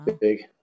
big